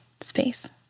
space